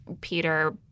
Peter